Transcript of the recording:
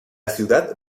ciudad